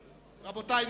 רבותי,